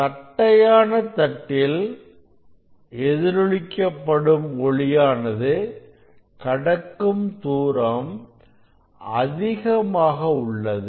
தட்டையான தட்டில் எதிர் ஒலிக்கப்படும் ஒளியானது கடக்கும் தூரம் அதிகமாக உள்ளது